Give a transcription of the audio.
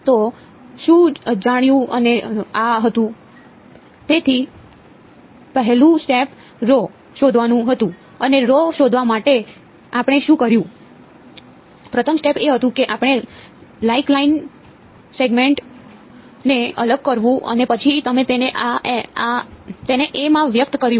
તો શું અજાણ્યું અને આહ હતું તેથી પહેલું સ્ટેપ રો ને અલગ કરવું અને પછી અમે તેને a માં વ્યક્ત કર્યું